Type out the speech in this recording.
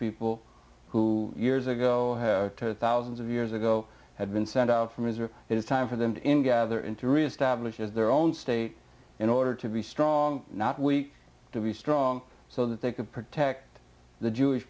people who years ago thousands of years ago had been sent out from his or it is time for them to other and to reestablish their own state in order to be strong not weak to be strong so that they can protect the jewish